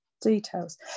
details